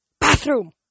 bathroom